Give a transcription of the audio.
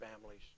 families